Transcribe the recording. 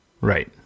Right